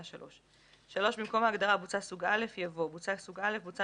3. במקום ההגדרה "בוצה סוג א'" יבוא: "בוצה סוג א'" בוצה